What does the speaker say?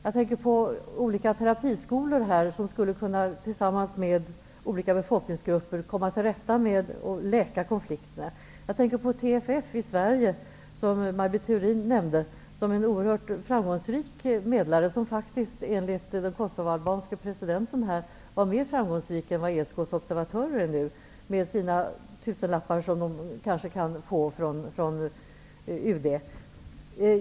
Jag tänker på olika terapiskolor som tillsammans med olika befolkningsgrupper skulle kunna komma till rätta med och läka konflikterna. Jag tänker på TFF i Sverige som Maj Britt Theorin nämnde som en oerhört framgångsrik medlare som faktiskt enligt den kosovoalbanske presidenten var mer framgångsrik än vad ESK:s observatörer är nu med sina tusenlappar som de kanske kan få från UD.